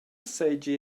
seigi